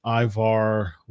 Ivar